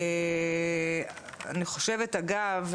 אני חושבת אגב,